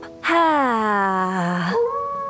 Ha